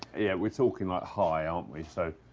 yeah, we're talking, like, high, aren't we? so,